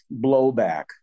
blowback